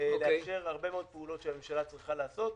לאפשר הרבה מאוד פעולות שהממשלה צריכה לעשות,